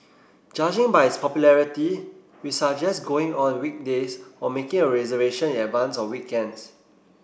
judging by its popularity we suggest going on weekdays or making a reservation in advance on weekends